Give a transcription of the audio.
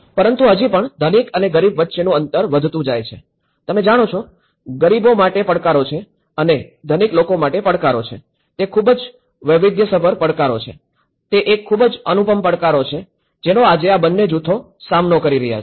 પરંતુ હજી પણ ધનિક અને ગરીબ વચ્ચેનું અંતર વધતું જાય છે તમે જાણો છો ગરીબો માટે પડકારો છે અને ધનિક લોકો માટે પડકારો છે તે ખૂબ જ વૈવિધ્યસભર પડકારો છે તે એક ખૂબ જ અનુપમ પડકારો છે જેનો આજે બંને જૂથો સામનો કરી રહ્યા છે